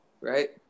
right